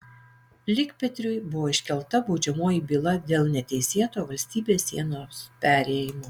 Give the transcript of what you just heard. likpetriui buvo iškelta baudžiamoji byla dėl neteisėto valstybės sienos perėjimo